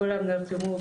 כולם נרתמו,